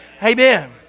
Amen